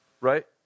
right